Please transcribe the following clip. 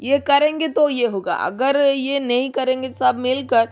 ये करेंगे तो ये होगा अगर ये नहीं करेंगे सब मिल कर